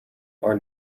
are